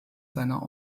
seiner